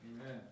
Amen